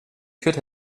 could